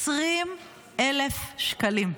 20,000 שקלים.